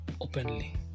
openly